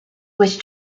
which